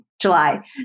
July